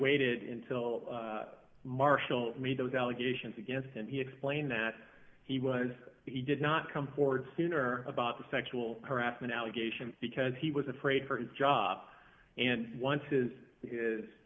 waited until marshall made those allegations against him he explained that he was he did not come forward sooner about the sexual harassment allegation because he was afraid for his job and once is